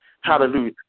Hallelujah